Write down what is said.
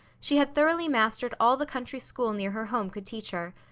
she had thoroughly mastered all the country school near her home could teach her.